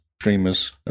streamers